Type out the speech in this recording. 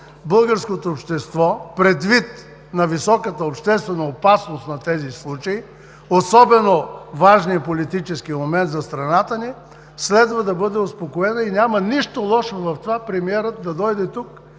българското общество, предвид на високата обществена опасност на тези случаи, особено важния политически момент за страната ни, следва да бъде успокоена и няма нищо лошо в това премиерът да дойде тук